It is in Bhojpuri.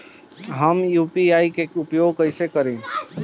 हम यू.पी.आई के उपयोग कइसे करी?